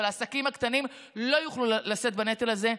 אבל העסקים הקטנים לא יוכלו לשאת בנטל הזה.